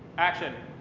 action.